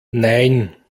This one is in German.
nein